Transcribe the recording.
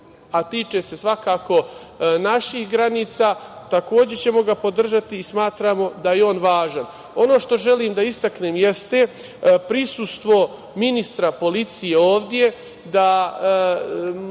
a tiče se svakako naših granica, takođe ćemo ga podržati i smatramo da je on važan. Ono što želim da istaknem jeste prisustvo ministra policije ovde,